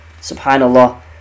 Subhanallah